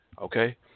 okay